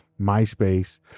Myspace